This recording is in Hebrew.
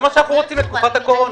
זה מה שאנחנו רוצים, לתקופת הקורונה.